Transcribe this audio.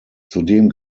zudem